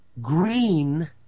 green